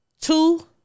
two